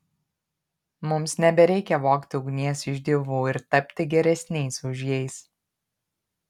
mums nebereikia vogti ugnies iš dievų ir tapti geresniais už jais